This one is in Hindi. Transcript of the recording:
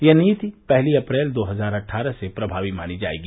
यह नीति पहली अप्रैल दो हज़ार अट्ठारह से प्रभावी मानी जायेगी